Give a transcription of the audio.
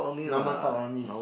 normal talk only